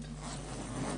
הוועדה,